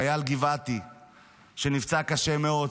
חייל גבעתי שנפצע קשה מאוד,